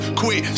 quit